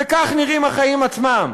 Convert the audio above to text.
וכך נראים החיים עצמם.